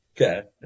Okay